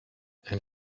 and